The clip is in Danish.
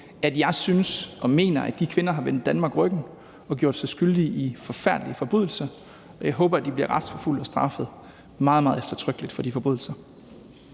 og mener, at de kvinder har vendt Danmark ryggen og gjort sig skyldige i forfærdelige forbrydelser, og jeg håber, at de bliver retsforfulgt og straffet meget, meget eftertrykkeligt for de forbrydelser.